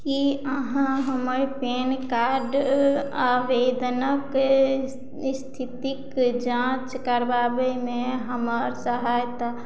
की अहाँ हमर PAN card आवेदनक स्थित स्थितिक जाँच करबाबैमे हमर सहायता